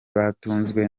batunzwe